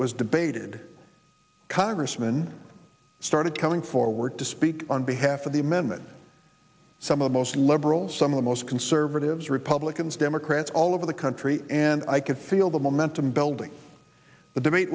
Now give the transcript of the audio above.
was debated congressman started coming forward to speak on behalf of the amendment some of the most liberal some of the most conservative republicans democrats all over the country and i could feel the momentum building